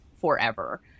forever